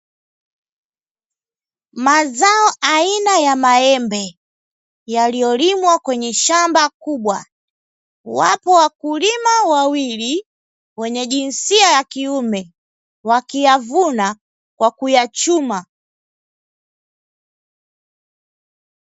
Mazao aina ya maembe yaliyolimwa kwenye shamba kubwa, wapo wakulima wawili wenye jinsia ya kiume wakiyavuna kwa kuyachuma.